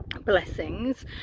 blessings